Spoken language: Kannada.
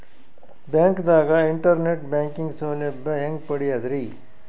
ಬ್ಯಾಂಕ್ದಾಗ ಇಂಟರ್ನೆಟ್ ಬ್ಯಾಂಕಿಂಗ್ ಸೌಲಭ್ಯ ಹೆಂಗ್ ಪಡಿಯದ್ರಿ?